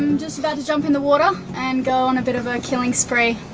and just about to jump in the water and go on a bit of a killing spree.